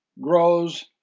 grows